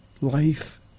life